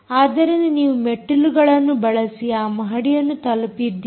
ಆದ್ದರಿಂದ ನೀವು ಮೆಟ್ಟಿಲುಗಳನ್ನು ಬಳಸಿ ಆ ಮಹಡಿಯನ್ನು ತಲುಪಿದ್ದೀರಿ